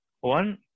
one